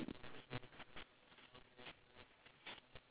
okay got two hang~ two towel right